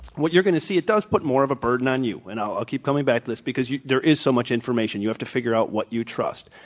what you're going to see, it does put more of a burden on you, and i'll keep coming back to this because there is so much information, you have to figure out what you trust.